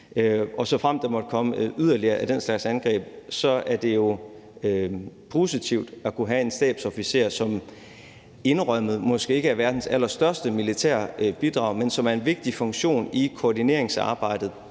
og såfremt der måtte komme yderligere af den slags angreb, er det jo positivt at kunne have en stabsofficer, som, indrømmet, måske ikke er verdens allerstørste militære bidrag, men som har en vigtig funktion i koordineringsarbejdet,